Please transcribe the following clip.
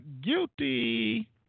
guilty